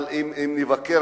אבל אם נבקר